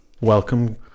Welcome